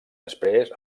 després